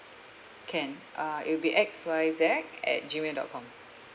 can uh it'll be X Y Z at gmail dot com